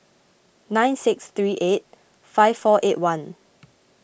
nine six three eight five four eight one